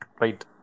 Right